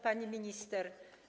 Pani Minister!